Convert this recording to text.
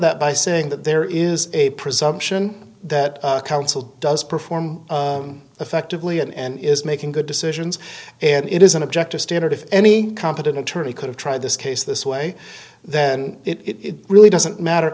that by saying that there is a presumption that counsel does perform effectively and is making good decisions and it is an objective standard if any competent attorney could have tried this case this way then it really doesn't matter